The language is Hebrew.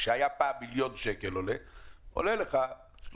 שירותים ומקצועות בענף הרכב (הארכת תוקף הוראות שעה),